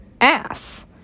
ass